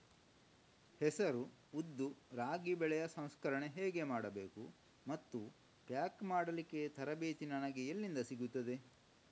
ಹೆಸರು, ಉದ್ದು, ರಾಗಿ ಬೆಳೆಯ ಸಂಸ್ಕರಣೆ ಹೇಗೆ ಮಾಡಬೇಕು ಮತ್ತು ಪ್ಯಾಕ್ ಮಾಡಲಿಕ್ಕೆ ತರಬೇತಿ ನನಗೆ ಎಲ್ಲಿಂದ ಸಿಗುತ್ತದೆ?